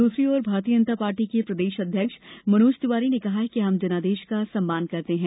दूसरी ओर भारतीय जनता पार्टी के प्रदेश अध्यक्ष मनोज तिवारी ने कहा है कि हम जनादेश का सम्मान करते है